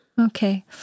Okay